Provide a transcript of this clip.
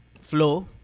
flow